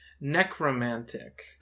Necromantic